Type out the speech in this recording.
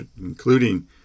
including